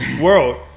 World